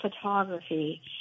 photography